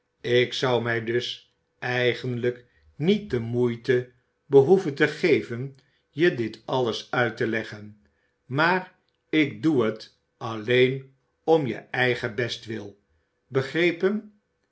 ik zou mij dus eigenlijk niet de moeite behoeven te geven je dit alles uit te leggen maar ik doe het alleen om je eigen bestwil begrepen